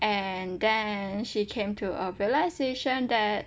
and then she came to a realisation that